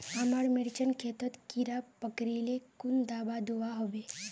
हमार मिर्चन खेतोत कीड़ा पकरिले कुन दाबा दुआहोबे?